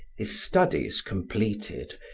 his studies completed,